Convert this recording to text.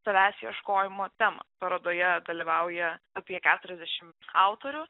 savęs ieškojimo temą parodoje dalyvauja apie keturiasdešim autorių